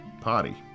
Party